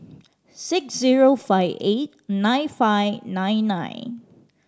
six zero five eight nine five nine nine